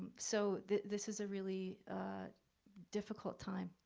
so this is a really difficult time.